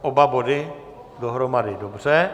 Oba body dohromady, dobře.